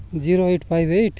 zero eight five eight